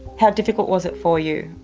how difficult was it for you,